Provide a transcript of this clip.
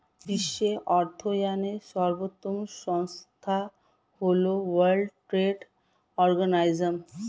বিশ্বের অর্থায়নের সর্বোত্তম সংস্থা হল ওয়ার্ল্ড ট্রেড অর্গানাইজশন